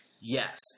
Yes